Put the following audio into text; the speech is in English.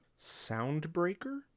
Soundbreaker